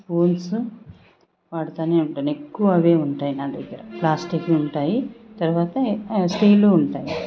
spoons వాడతునే వుంటాను ఎక్కువ అవే ఉంటాయి నాదగ్గర ప్లాస్టిక్ ఉంటాయి తరువాత స్టీలు ఉంటాయి